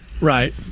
Right